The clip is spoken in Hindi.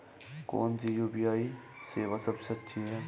कौन सी यू.पी.आई सेवा सबसे अच्छी है?